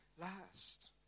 last